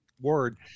word